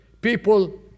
people